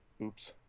Oops